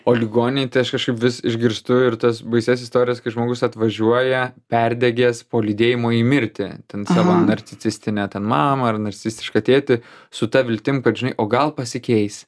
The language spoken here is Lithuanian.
o ligoniai tai aš kažkaip vis išgirstu ir tas baisias istorijas kai žmogus atvažiuoja perdegęs po lydėjimo į mirtį ten savo narcisistinę ten mamą ar narcistišką tėtį su ta viltim kad žinai o gal pasikeis